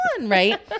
Right